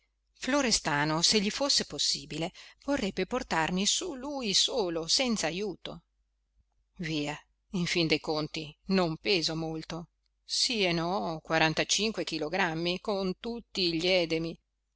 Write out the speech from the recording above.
florestano se gli fosse possibile vorrebbe portarmi su lui solo senza ajuto via in fin de conti non peso molto sì e no quarantacinque chilogrammi con tutti gli edemi